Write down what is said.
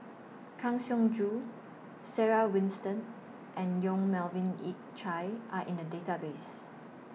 Kang Siong Joo Sarah Winstedt and Yong Melvin Yik Chye Are in The Database